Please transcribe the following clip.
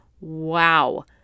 wow